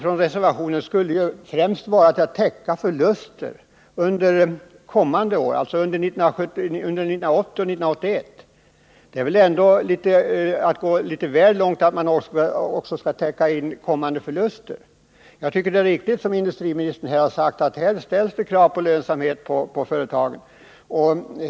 Reservationsanslagen skulle ju främst användas för att täcka förluster under kommande år, dvs. 1980/81. Det är väl ändå att gå väl långt när man också skall täcka kommande förluster. Jag tycker det är riktigt som industriministern här har sagt, att här ställs det krav på lönsamhet på företagen.